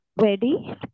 Ready